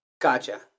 Gotcha